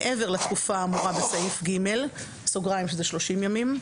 מעבר לתקופה האמורה בסעיף (ג)(30 ימים),